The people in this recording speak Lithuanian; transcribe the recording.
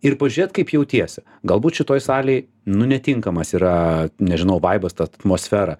ir pažiūrėt kaip jautiesi galbūt šitoj salėj nu netinkamas yra nežinau vaibas ta atmosfera